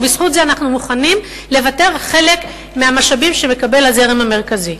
ובזכות זה אנחנו מוכנים לוותר על חלק מהמשאבים שמקבל הזרם המרכזי.